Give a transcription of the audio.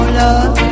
love